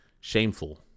shameful